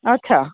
અચ્છા